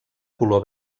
color